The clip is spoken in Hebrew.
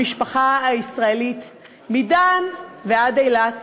המשפחה הישראלית מדן ועד אילת